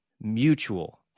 Mutual